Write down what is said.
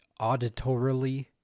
auditorily